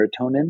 serotonin